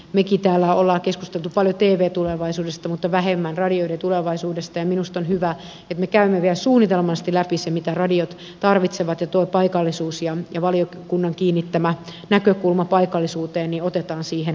mekin täällä olemme keskustelleet paljon tvn tulevaisuudesta mutta vähemmän radioiden tulevaisuudesta ja minusta on hyvä että me käymme vielä suunnitelmallisesti läpi sen mitä radiot tarvitsevat ja tuo paikallisuus ja valiokunnan kiinnittämä näkökulma paikallisuuteen otetaan siihen mukaan